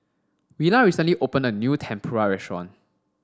Willa recently opened a new Tempura restaurant